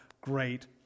great